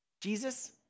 Jesus